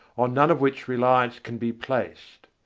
on none of which reliance can be placed.